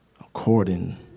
according